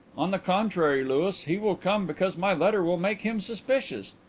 on the contrary, louis, he will come because my letter will make him suspicious.